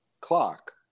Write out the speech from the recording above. clock